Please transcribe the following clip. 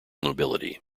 nobility